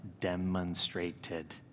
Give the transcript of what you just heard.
demonstrated